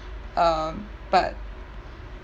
um but